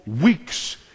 weeks